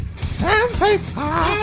Sandpaper